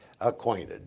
acquainted